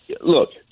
look